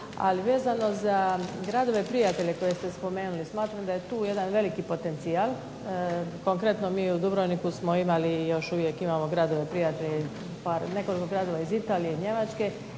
Ali, vezano za gradove prijatelje koje ste spomenuli smatram da je tu jedan veliki potencijal. Konkretno mi u Dubrovniku smo imali i još uvijek imamo gradove prijatelje pa nekoliko gradova iz Italije i Njemačke